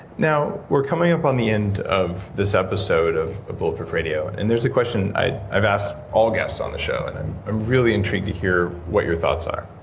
we're coming up on the end of this episode of bulletproof radio and there's a question i've i've asked all guests on the show, and i'm really intrigued to hear what your thoughts are.